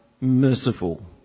merciful